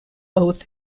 oath